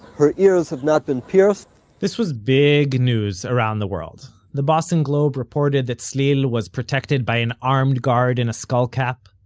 her ears have not been pierced this was big news around the world. the boston globe reported that tzlil was protected by an armed guard in a skullcap,